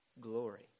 glory